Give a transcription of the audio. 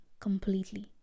completely